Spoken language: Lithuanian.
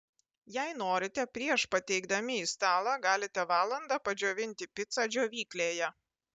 jei norite prieš pateikdami į stalą galite valandą padžiovinti picą džiovyklėje